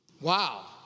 Wow